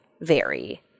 vary